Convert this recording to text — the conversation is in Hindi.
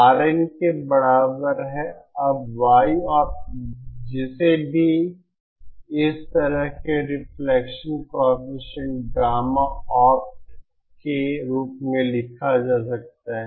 Rn के बराबर है अब yopt जिसे भी इस तरह के रिफ्लेक्शन कॉएफिशिएंट गामा opt के रूप में लिखा जा सकता है